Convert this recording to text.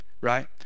right